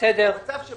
כמו שאני אומר, יבוא